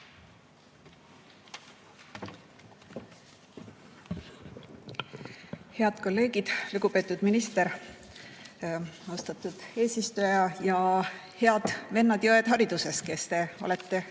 Head kolleegid! Lugupeetud minister! Austatud eesistuja! Head vennad ja õed hariduses, kes te olete